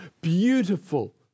beautiful